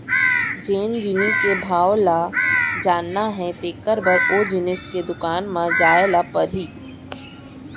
जेन जिनिस के भाव ल जानना हे तेकर बर ओ जिनिस के दुकान म जाय ल परही